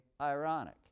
ironic